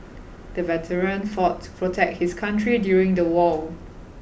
the veteran fought to protect his country during the war